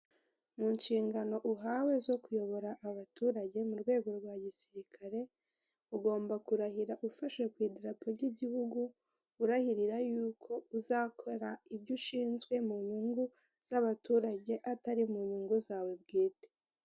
Mu nshingano uhawe zo kuyobora abaturage mu rwego rwa gisirikare ugomba kurahira ufasha ku idarapo ry'igihugu urahirira yuko uzakora ibyo ushinzwe mu nyungu z'abaturage atari mu nyungu zawe bwite.